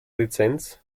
lizenz